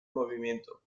movimiento